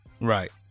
Right